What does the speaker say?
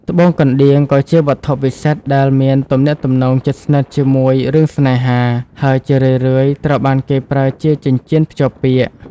ត្បូងកណ្តៀងក៏ជាវត្ថុពិសិដ្ឋដែលមានទំនាក់ទំនងជិតស្និទ្ធជាមួយរឿងស្នេហា ហើយជារឿយៗត្រូវបានគេប្រើជាចិញ្ចៀនភ្ជាប់ពាក្យ។